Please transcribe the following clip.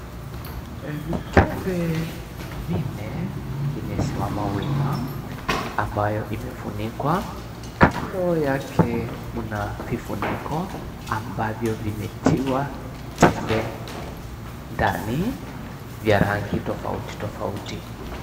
Mikebe minne imesimama wima ambayo imefunikwa kando yake mna vifuniko ambavyo vimetiwa tembe ndani vya rangi tofauti tofauti.